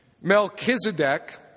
Melchizedek